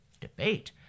debate